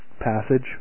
passage